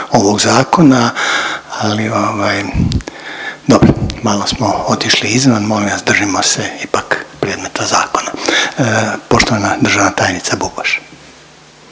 ovog zakona, ali ovaj dobro malo smo otišli izvan. Molim vas držimo se ipak predmeta zakona. Poštovana državna tajnica Bubaš.